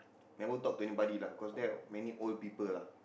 never talk to anybody lah cause there many old people lah